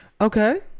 okay